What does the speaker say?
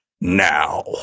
now